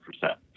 percent